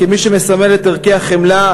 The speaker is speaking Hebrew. כמי שמסמל את ערכי החמלה,